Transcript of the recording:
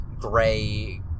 gray